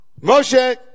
Moshe